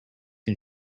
can